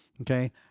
okay